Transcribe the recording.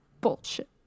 Bullshit